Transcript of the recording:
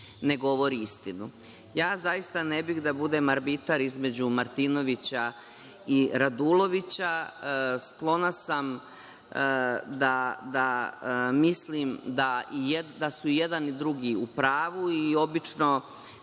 ne govori istinu. Zaista ne bih da budem arbitar između Martinovića i Radulovića. Sklona sam da mislim da su i jedan i drugi u pravu i obično